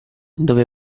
dove